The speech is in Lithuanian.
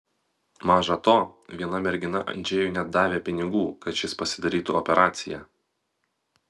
maža to viena mergina andžejui net davė pinigų kad šis pasidarytų operaciją